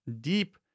DEEP